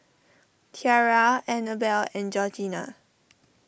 Tiara Annabelle and Georgina